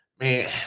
Man